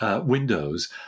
Windows